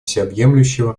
всеобъемлющего